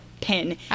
pin